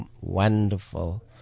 wonderful